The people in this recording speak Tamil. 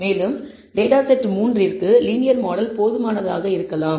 மேலும் டேட்டா செட் 3 க்கு லீனியர் மாடல் போதுமானதாக இருக்கலாம்